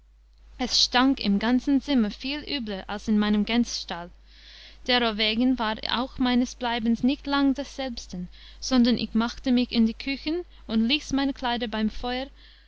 es stank im ganzen zimmer viel übler als in meinem gänsstall derowegen war auch meines bleibens nicht lang daselbsten sondern ich machte mich in die küchen und ließ meine kleider beim feur